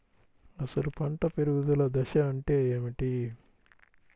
అసలు పంట పెరుగుదల దశ అంటే ఏమిటి?